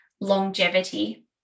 longevity